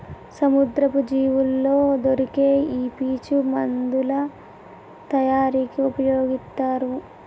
సముద్రపు జీవుల్లో దొరికే ఈ పీచు మందుల తయారీకి ఉపయొగితారు